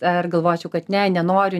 ar galvočiau kad ne nenoriu